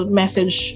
message